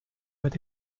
with